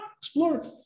explore